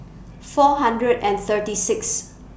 four hundred and thirty six